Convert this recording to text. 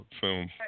film